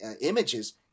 images